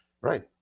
Right